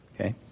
Okay